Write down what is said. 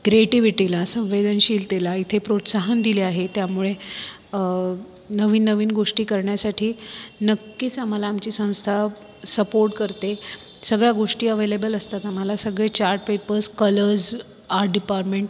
क्रिएटिव्हिटीला संवेदनशीलतेला इथे प्रोत्साहन दिले आहे त्यामुळे नवीननवीन गोष्टी करण्यासाठी नक्कीच आम्हाला आमची संस्था सपोर्ट करते सगळ्या गोष्टी अवेलेबल असतात आम्हाला सगळे chart papers colours art department